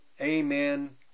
amen